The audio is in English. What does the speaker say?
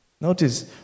Notice